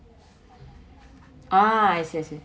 oh I see I see